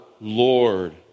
Lord